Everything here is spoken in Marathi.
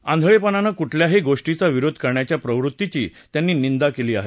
आंधळेपणानं कुठल्याही गोष्टीचा विरोध करण्याच्या प्रवृत्तीची त्यांनी निंदा केली आहे